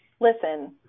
Listen